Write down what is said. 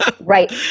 Right